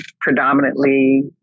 predominantly